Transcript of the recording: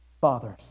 fathers